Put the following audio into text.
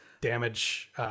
damage